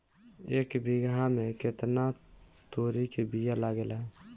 एक बिगहा में केतना तोरी के बिया लागेला?